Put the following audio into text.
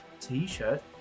t-shirt